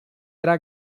era